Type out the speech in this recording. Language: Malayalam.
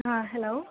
ആ ഹലോ